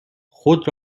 خود